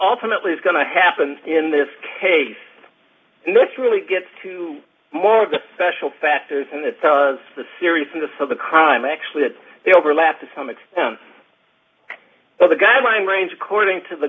ultimately is going to happen in this case and this really gets to more of the special factors and it does the seriousness of the crime actually that they overlap to some extent but the guideline range according to the